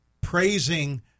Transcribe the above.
praising